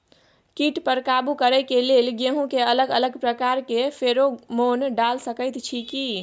कीट पर काबू करे के लेल गेहूं के अलग अलग प्रकार के फेरोमोन डाल सकेत छी की?